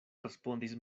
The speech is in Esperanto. respondis